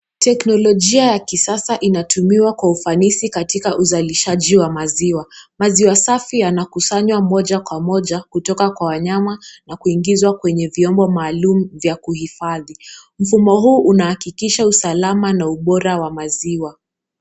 Teknolojia ya kisasa inatumiwa kwa ufanisi katika uzalishaji wa maziwa. Maziwa safi yanakusanywa moja kwa moja kutoka kwa wanyama na kuingizwa kwenye vyombo maalum vya kuhifadhi. Mfumo huu unahakikisha usalama na ubora wa maziwa.